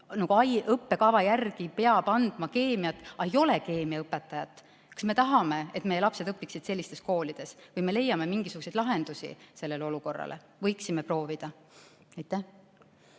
Õppekava järgi peab andma keemiat, aga ei ole keemiaõpetajat. Kas me tahame, et meie lapsed õpiksid sellistes koolides? Või me leiame mingisuguse lahenduse sellele olukorrale? Võiksime proovida.